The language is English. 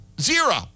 zero